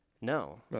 No